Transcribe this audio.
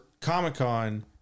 Comic-Con